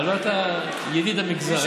אתה ידיד המגזר.